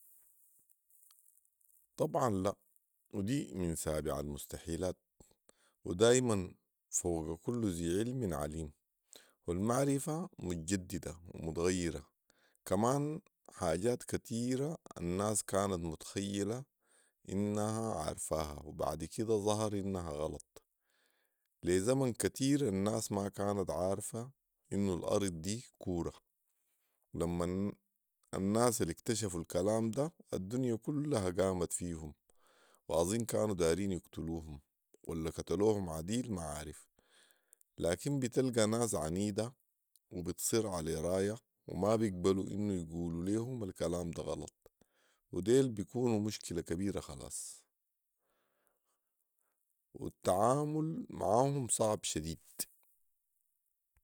طبعا لا ودي من سابع المستحيلات ودايما فوق كل ذي علم عليم والمعرفه متجدده ومتغيره كمان حاجات كتيره الناس كانت متخيله انها عارفها وبعد كده ظهر انها غلط لي زمن كتير الناس ما كانت عارفه انه الارض دي كوره ولمن الناس الاكتشفوا الكلام ده الدنيا كلها قامت فيهم واظن كانوا دايرين يكتلوهم ولا كتلوهم عديل ما عارف لكن بتلقي ناس عنيده وبتصر علي رايها وما بيقبلوا انه يقولوا ليهم الكلام ده غلط وديل بيكونوا مشكله كبيره خلاص والتعامل معاهم صعب شديد